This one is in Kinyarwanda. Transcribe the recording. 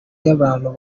y’abantu